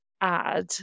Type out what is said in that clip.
add